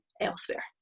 elsewhere